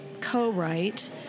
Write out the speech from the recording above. co-write